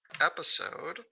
episode